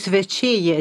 svečiai jie